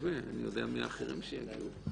--- השאלה מי האחרים שיגיעו.